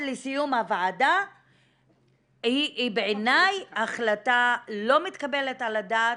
לסיום הוועדה היא בעיניי החלטה לא מתקבלת על הדעת.